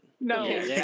No